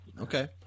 Okay